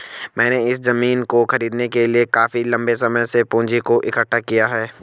मैंने इस जमीन को खरीदने के लिए काफी लंबे समय से पूंजी को इकठ्ठा किया है